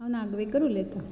हांव नागवेकर उलयतां